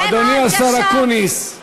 אדוני השר אקוניס,